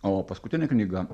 o paskutinė knyga